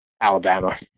Alabama